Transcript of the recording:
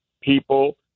people